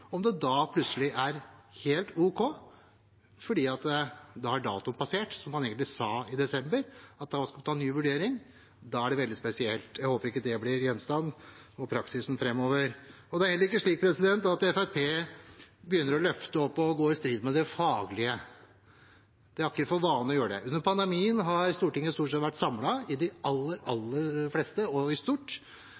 om det da plutselig er helt ok fordi det har passert datoen da man, som man sa i desember, skulle ta en ny vurdering. Det er veldig spesielt. Jeg håper ikke det blir praksisen framover. Det er heller ikke slik Fremskrittspartiet begynner å løfte opp og gå i strid mot det faglige. Det har vi ikke for vane å gjøre. Under pandemien har Stortinget stort sett vært samlet i det aller